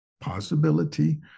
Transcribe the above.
possibility